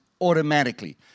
automatically